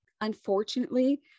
Unfortunately